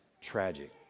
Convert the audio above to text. tragic